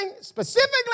specifically